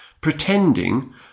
pretending